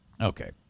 Okay